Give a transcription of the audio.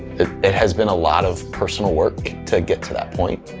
it has been a lot of personal work to get to that point.